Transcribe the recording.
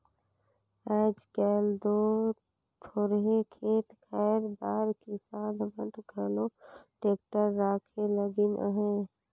आएज काएल दो थोरहे खेत खाएर दार किसान मन घलो टेक्टर राखे लगिन अहे